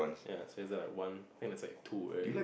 ya it is like one it is like two right